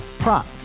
Prop